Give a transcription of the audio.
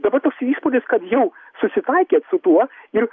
dabar toks įspūdis kad jau susitaikėt su tuo ir